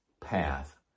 path